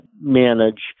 manage